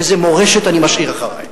איזו מורשת אני משאיר אחרי.